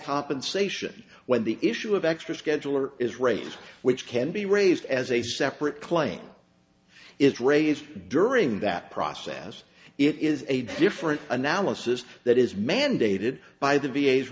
compensation when the issue of extra scheduler is raised which can be raised as a separate claim it's raised during that process it is a different analysis that is mandated by the v a